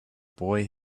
boy